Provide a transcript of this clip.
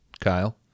Kyle